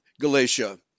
Galatia